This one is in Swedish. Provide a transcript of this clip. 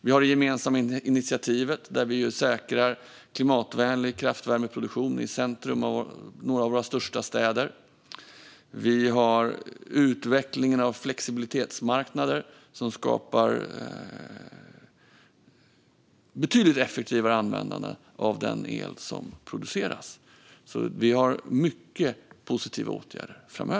Vi har det gemensamma initiativet där vi säkrar klimatvänlig kraftvärmeproduktion i centrum i några av våra största städer. Vi har utvecklingen av flexibilitetsmarknader som skapar betydligt effektivare användande av den el som produceras. Vi har många positiva åtgärder framöver.